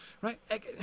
right